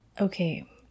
Okay